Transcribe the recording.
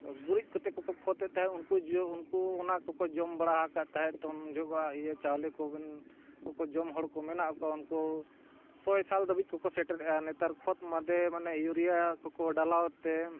ᱜᱩᱨᱤᱡ ᱠᱚᱛᱮ ᱠᱚᱠᱚ ᱠᱷᱚᱛᱮᱫ ᱛᱟᱦᱮᱸᱫ ᱩᱱᱠᱩ ᱡᱚ ᱩᱱᱠᱩ ᱚᱱᱟ ᱠᱚᱠᱚ ᱡᱚᱢ ᱵᱟᱲᱟ ᱟᱠᱟᱫ ᱛᱟᱦᱮᱸᱫ ᱛᱚ ᱩᱱ ᱡᱚᱦᱚᱜᱟᱜ ᱤᱭᱟᱹ ᱪᱟᱣᱞᱮ ᱠᱚᱵᱮᱱ ᱩᱱᱠᱚ ᱡᱚᱢ ᱦᱚᱲ ᱠᱚ ᱢᱮᱱᱟᱜ ᱠᱚᱣᱟ ᱩᱱᱠᱩ ᱥᱚᱭ ᱥᱟᱞ ᱫᱷᱟᱹᱵᱤᱡ ᱠᱚᱠᱚ ᱥᱮᱴᱮᱨᱮᱜᱼᱟ ᱱᱮᱛᱟᱨ ᱠᱷᱚᱛ ᱢᱟᱫᱮ ᱢᱟᱱᱮ ᱤᱭᱩᱨᱤᱭᱟ ᱠᱚᱠᱚ ᱰᱟᱞᱟᱣ ᱛᱮ